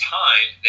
time